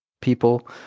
People